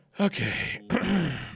Okay